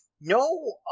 No